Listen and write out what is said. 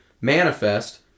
manifest